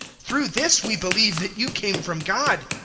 through this we believe that you came from god.